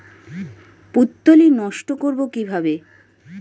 পুত্তলি নষ্ট করব কিভাবে?